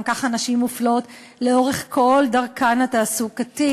גם ככה נשים מופלות לאורך כל דרכן התעסוקתית.